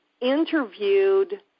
interviewed